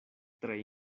tre